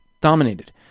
dominated